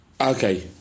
okay